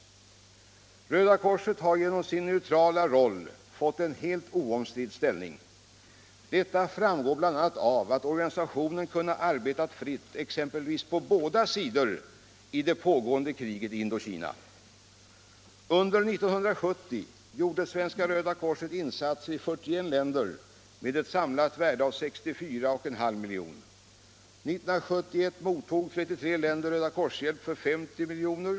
Röda korset har genom sin neutrala roll fått en helt oomstridd ställning. Detta framgår bl.a. av att organisationen kunnat arbeta fritt exempelvis på båda sidor i det pågående kriget i Indokina. Under 1970 gjorde Svenska röda korset insatser i 41 länder till ett samlat värde av 64,5 milj.kr. År 1971 mottog 33 länder Rödakorshjälp för 50 miljoner.